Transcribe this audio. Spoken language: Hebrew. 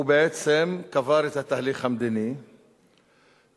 הוא בעצם קבר את התהליך המדיני ופנה